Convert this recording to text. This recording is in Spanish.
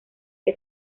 que